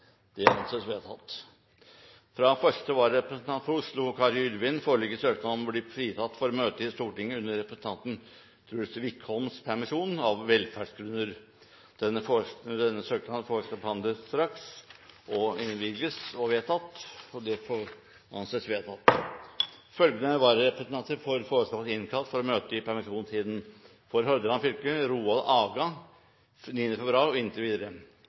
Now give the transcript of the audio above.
Det anses vedtatt. Fra første vararepresentant for Oslo, Karin Yrvin, foreligger søknad om å bli fritatt for å møte i Stortinget under representanten Truls Wickholms permisjon, av velferdsgrunner. Etter forslag fra presidenten ble enstemmig besluttet: Denne søknaden behandles og innvilges. Følgende vararepresentanter innkalles for å møte i permisjonstiden: – For Hordaland fylke: Roald Aga Haug 9. februar og inntil videre